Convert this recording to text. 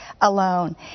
alone